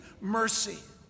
mercy